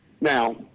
Now